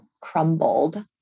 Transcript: crumbled